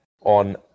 on